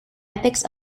ethics